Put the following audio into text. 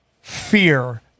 fear